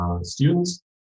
students